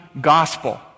gospel